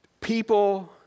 People